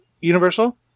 Universal